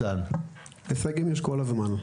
הישגים יש כל הזמן.